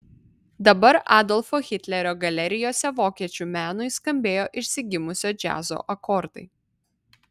dabar adolfo hitlerio galerijose vokiečių menui skambėjo išsigimusio džiazo akordai